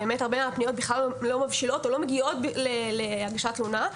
הרבה מהפניות בכלל לא מבשילות או לא מגיעות לכדי הגשת תלונה.